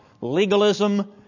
legalism